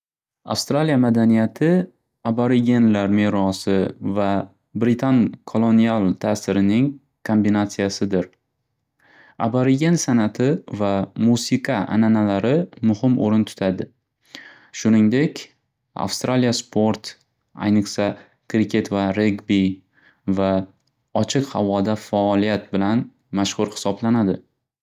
Avstralia madaniyati aborigenlar merosi va Britan kolonial tasirining kombinatsiyasidir. Aborigen sanati va musiqa ananalari muxim o'rin tutadi. Shuningdek, Avstralia sport, ayniqsa, kriket va regbi va ochiq havoda faoliyat bilan mashxur hisoblanadi.